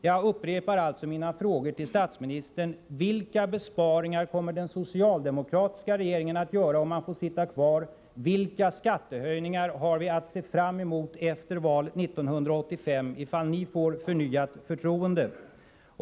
Jag upprepar alltså mina frågor till statsministern: Vilka besparingar kommer den socialdemokratiska regeringen att göra om man får sitta kvar? Vilka skattehöjningar har vi att se fram emot efter valet 1985 ifall ni får förnyat förtroende?